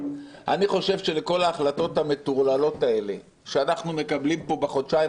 אני חושב שלכל ההחלטות המטורללות האלה שאנחנו מקבלים פה בחודשיים